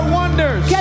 wonders